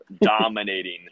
dominating